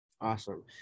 Awesome